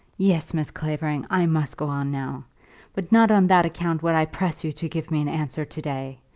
yes, miss clavering, i must go on now but not on that account would i press you to give me an answer to-day.